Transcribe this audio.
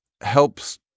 helps